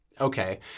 okay